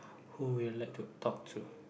who would you like to talk to